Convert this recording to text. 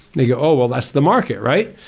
they go, oh well that's the market right?